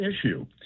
issue